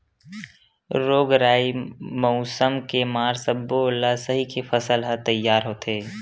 रोग राई, मउसम के मार सब्बो ल सहिके फसल ह तइयार होथे